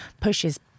pushes